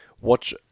watch